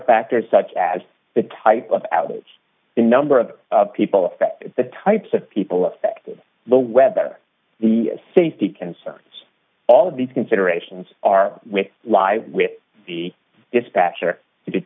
factors such as the type of outage the number of people affected the types of people affected the weather the safety concerns all of these considerations are we live with the dispatcher